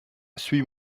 suis